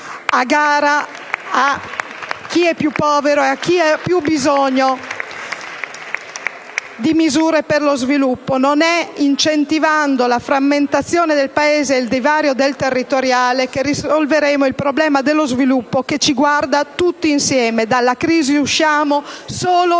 chi è più povero e chi ha più bisogno di misure per lo sviluppo! *(Applausi dal Gruppo PD)*. Non è incentivando la frammentazione del Paese e il divario territoriale che risolveremo il problema dello sviluppo che ci guarda tutti insieme: dalla crisi usciamo solo